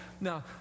Now